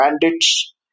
bandits